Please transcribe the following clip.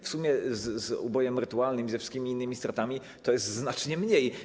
W sumie z ubojem rytualnym i wszystkimi innymi stratami to jest znacznie mniej.